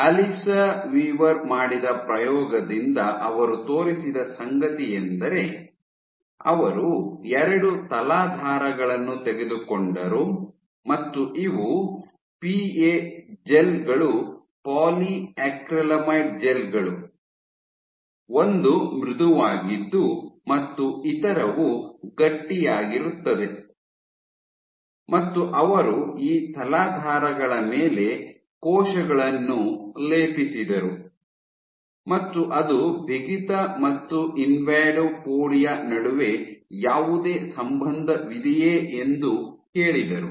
Alyssa Weaver ಮಾಡಿದ ಪ್ರಯೋಗದಿಂದ ಅವರು ತೋರಿಸಿದ ಸಂಗತಿಯೆಂದರೆ ಅವರು ಎರಡು ತಲಾಧಾರಗಳನ್ನು ತೆಗೆದುಕೊಂಡರು ಮತ್ತು ಇವು ಪಿಎ ಜೆಲ್ ಗಳು ಪಾಲಿಯಾಕ್ರಿಲಾಮೈಡ್ ಜೆಲ್ ಗಳು ಒಂದು ಮೃದುವಾಗಿದ್ದು ಮತ್ತು ಇತರವು ಗಟ್ಟಿಯಾಗಿರುತ್ತದೆ ಮತ್ತು ಅವರು ಈ ತಲಾಧಾರಗಳ ಮೇಲೆ ಕೋಶಗಳನ್ನು ಲೇಪಿಸಿದರು ಮತ್ತು ಅದು ಬಿಗಿತ ಮತ್ತು ಇನ್ವಾಡೋಪೊಡಿಯಾ ನಡುವೆ ಯಾವುದೇ ಸಂಬಂಧವಿದೆಯೇ ಎಂದು ಕೇಳಿದರು